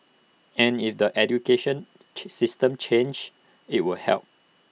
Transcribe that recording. and if the education system changes IT will help